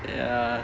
ya